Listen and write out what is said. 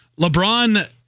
LeBron